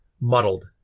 muddled